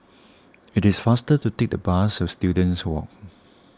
it is faster to take the bus to Students Walk